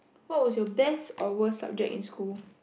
what was your best or worst subject in school